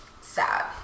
Sad